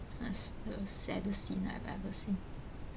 that's the saddest scene I've ever seen